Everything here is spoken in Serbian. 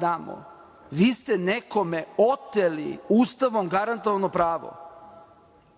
damo, vi ste nekome oteli Ustavom garantovano pravo